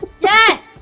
Yes